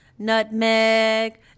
nutmeg